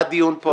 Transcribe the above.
היה דיון פה.